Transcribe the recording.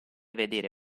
vedere